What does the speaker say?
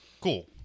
cool